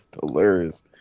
hilarious